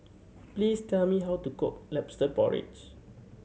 please tell me how to cook Lobster Porridge